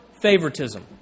favoritism